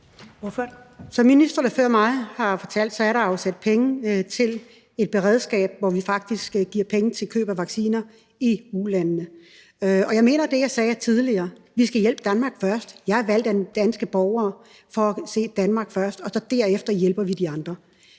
Som ministrene før mig har fortalt, er der afsat penge til et beredskab, hvor vi faktisk giver penge til køb af vacciner i ulandene. Og jeg mener det, jeg sagde tidligere: Vi skal hjælpe Danmark først. Jeg er valgt af danske borgere for at se på Danmark først, og så derefter hjælper vi de andre.